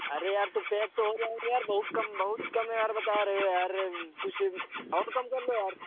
अरे यार तो पैक तो हो जाएँगे यार बहुत कम बहुत कम है यार बता रहे हो यार कुछ और कम कर लो यार